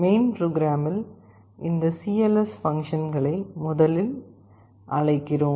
main புரோகிராமில் இந்த cls ஃபங்ஷன்னை முதலில் அழைக்கிறோம்